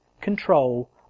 control